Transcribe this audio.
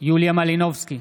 יוליה מלינובסקי,